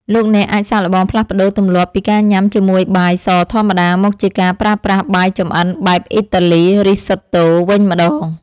លោកអ្នកអាចសាកល្បងផ្លាស់ប្តូរទម្លាប់ពីការញ៉ាំជាមួយបាយសធម្មតាមកជាការប្រើប្រាស់បាយចម្អិនបែបអ៊ីតាលី (Risotto) វិញម្តង។